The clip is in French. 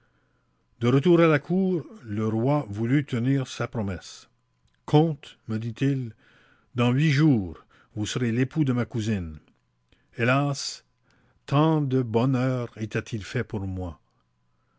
de retour à la cour le roi voulut tenir sa promesse comte me dit-il dans huit jours vous serez l'époux de ma cousine hélas tant de bonheur était-il fait pour moi